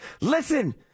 Listen